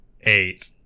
eight